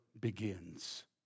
begins